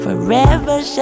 Forever